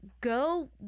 go